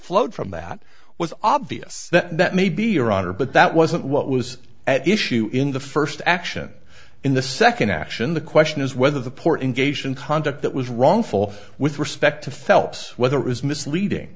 flowed from that was obvious that that may be your honor but that wasn't what was at issue in the first action in the second action the question is whether the port engaged in conduct that was wrongful with respect to phelps weather is misleading